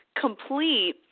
complete